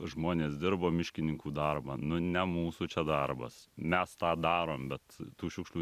žmonės dirbo miškininkų darbą nu ne mūsų čia darbas mes tą darom bet tų šiukšlių